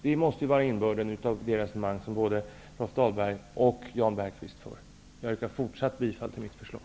Det måste vara innebörden av det resonemang som både Rolf Jag yrkar fortfarande bifall till mitt förslag.